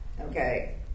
Okay